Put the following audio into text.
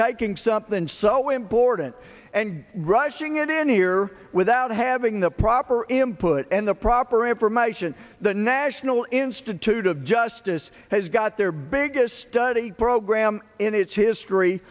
taking something so important and rushing it in here without having the proper him put in the proper information the national institute of justice has got their biggest study program in its history